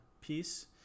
piece